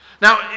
Now